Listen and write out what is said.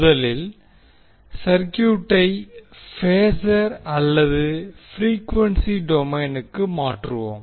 முதலில் சர்குயூட்டை பேஸர் அல்லது ப்ரீக்வென்சி டொமைனுக்கு மாற்றுவோம்